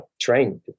trained